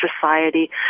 society